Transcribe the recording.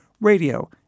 radio